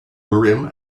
urim